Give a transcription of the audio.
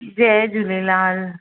Jay Jhulelal